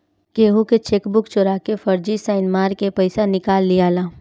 केहू के चेकबुक चोरा के फर्जी साइन मार के पईसा निकाल लियाला